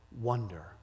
wonder